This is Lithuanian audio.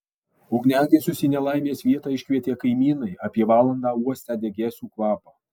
ugniagesius į nelaimės vietą iškvietė kaimynai apie valandą uostę degėsių kvapą